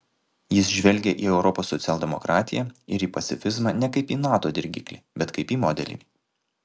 jis žvelgia į europos socialdemokratiją ir į pacifizmą ne kaip į nato dirgiklį bet kaip į modelį